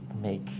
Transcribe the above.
make